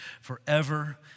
forever